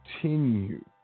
continue